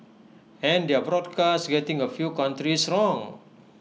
and their broadcast getting A few countries wrong